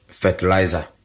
fertilizer